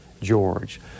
George